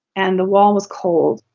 and the wall was cold.